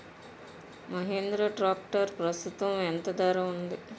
Mahindra tractor ప్రస్తుతం ఎంత ధర ఉంది?